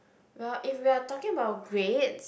well if you are talking about grades